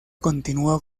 continúa